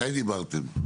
מתי דיברתם?